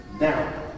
Now